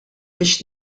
biex